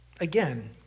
again